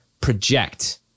project